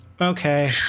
okay